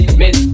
miss